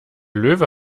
löwe